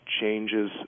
changes